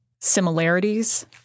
similarities